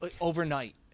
overnight